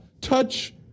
touch